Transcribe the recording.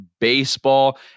baseball